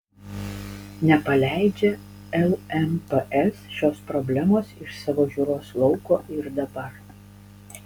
nepaleidžia lmps šios problemos iš savo žiūros lauko ir dabar